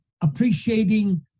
appreciating